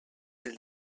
del